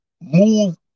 move